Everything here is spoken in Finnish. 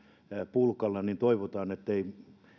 pulkalla ettei